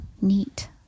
Neat